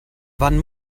wann